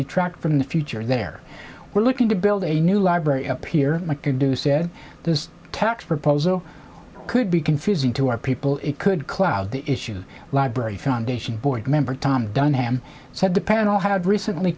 detract from the future there we're looking to build a new library appear to do said this tax proposal could be confusing to our people it could cloud the issue library foundation board member tom dunn ham said the panel had recently